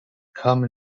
come